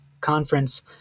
conference